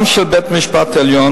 גם של בית-המשפט העליון,